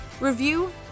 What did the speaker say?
review